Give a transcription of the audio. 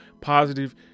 positive